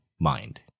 mind